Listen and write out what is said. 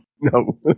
No